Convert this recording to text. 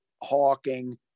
hawking